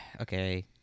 Okay